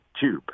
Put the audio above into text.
tube